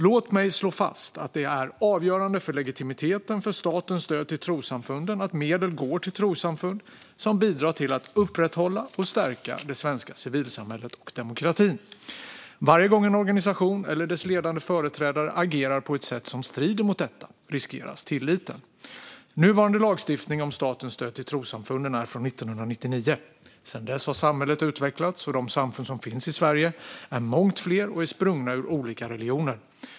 Låt mig slå fast att det är avgörande för legitimiteten för statens stöd till trossamfunden att medel går till trossamfund som bidrar till att upprätthålla och stärka det svenska civilsamhället och demokratin. Varje gång en organisation eller dess ledande företrädare agerar på ett sätt som strider mot detta riskeras tilliten. Nuvarande lagstiftning om statens stöd till trossamfunden är från 1999. Sedan dess har samhället utvecklats. De samfund som finns i Sverige är långt fler och är sprungna ur olika religioner.